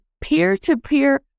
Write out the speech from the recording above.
peer-to-peer